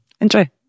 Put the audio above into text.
enjoy